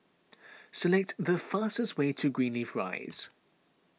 select the fastest way to Greenleaf Rise